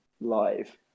live